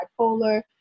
bipolar